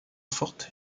forte